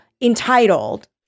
entitled